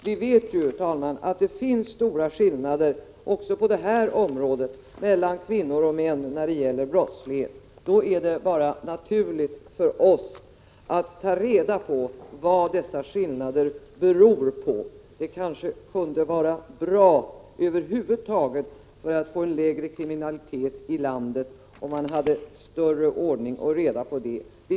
Vi vet att det finns stora skillnader mellan kvinnor och män också när det gäller brottslighet. Då är det bara naturligt för oss att ta reda på vad dessa skillnader beror på. Det kanske kunde vara bra över huvud taget för att få en lägre kriminalitet i landet att ha större ordning och reda i detta avseende.